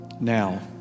Now